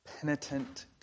penitent